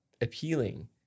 appealing